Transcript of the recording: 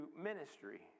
ministry